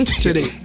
Today